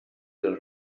del